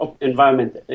environment